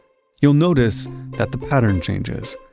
you'll notice that the pattern changes.